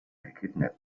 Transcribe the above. gekidnappt